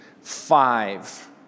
five